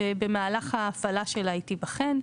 במהלך ההפעלה שלה, היא תיבחן.